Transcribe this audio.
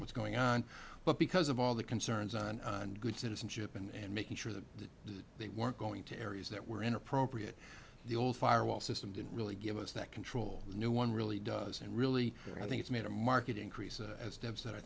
what's going on but because of all the concerns on good citizenship and and making sure that they weren't going to areas that were inappropriate the old fire wall system didn't really give us that control no one really does and really i think it's made a marketing crease steps that i